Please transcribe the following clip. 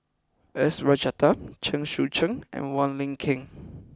S Rajaratnam Chen Sucheng and Wong Lin Ken